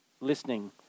listening